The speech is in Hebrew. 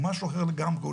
הוא משהו אחר לגמרי,